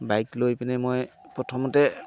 bike লৈ পিনে মই প্ৰথমতে